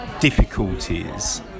difficulties